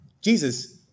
Jesus